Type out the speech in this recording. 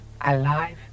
alive